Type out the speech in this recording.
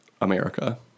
America